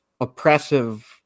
oppressive